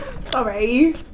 Sorry